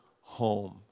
home